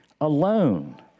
alone